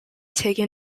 taken